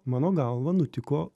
mano galva nutiko